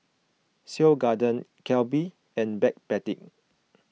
Seoul Garden Calbee and Backpedic